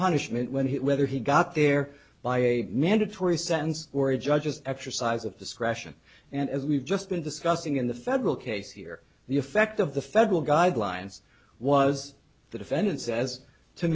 punishment when whether he got there by a mandatory sentence or a judge's exercise of discretion and as we've just been discussing in the federal case here the effect of the federal guidelines was the defendant says to